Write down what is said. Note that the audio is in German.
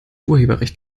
urheberrecht